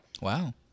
Wow